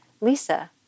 Lisa